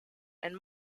and